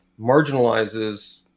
marginalizes